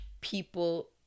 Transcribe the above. people